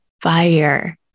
fire